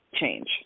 change